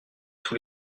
tous